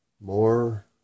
more